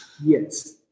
Yes